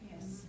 Yes